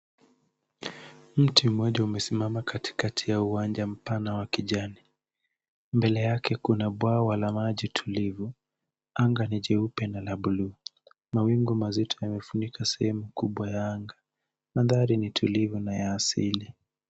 Mti mmoja umesimama katikati ya uwanja mpana wa kijani. Mbele yake kuna bwawa wa maji tulivu. Anga ni jeupe na la buluu. Mawingu mazito yamefunika sehemu kubwa ya anga. Mandhari ni tulivu na ya asili.